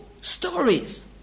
stories